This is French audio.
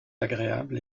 agréable